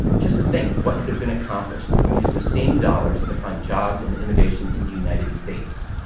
just think what could have been accomplished if we used the same dollars to fund jobs and innovation in the united states.